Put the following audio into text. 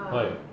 why